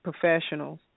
professionals